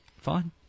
Fine